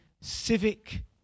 civic